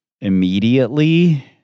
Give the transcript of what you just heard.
immediately